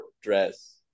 dress